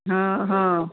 हो हो